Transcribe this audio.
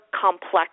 complex